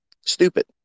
stupid